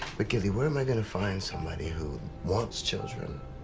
but gilly, where am i going to find somebody who wants children,